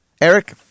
Eric